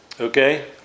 Okay